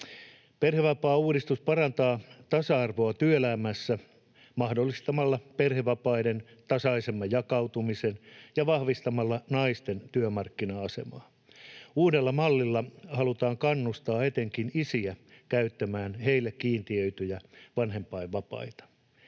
Perhevapaauudistus parantaa tasa-arvoa työelämässä mahdollistamalla perhevapaiden tasaisemman jakautumisen ja vahvistamalla naisten työmarkkina-asemaa. Uudella mallilla halutaan kannustaa etenkin isiä käyttämään heille kiintiöityjä vanhempainvapaita,